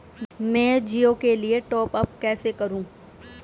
मैं जिओ के लिए टॉप अप कैसे करूँ?